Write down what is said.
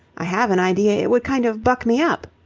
i have an idea it would kind of buck me up.